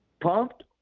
pumped